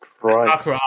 Christ